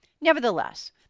nevertheless